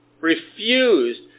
refused